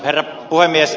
herra puhemies